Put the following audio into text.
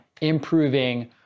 improving